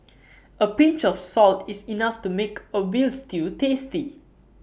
A pinch of salt is enough to make A Veal Stew tasty